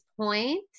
point